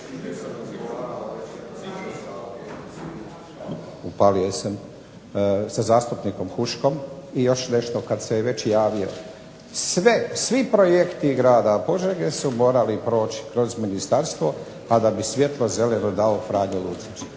... sa zastupnikom Huškom. I još nešto kada se je već javio, svi projekti grada Požege su morali proći kroz ministarstvo, a da bi svjetlo zeleno dao Franjo Lucić.